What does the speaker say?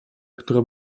którą